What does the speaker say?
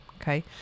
okay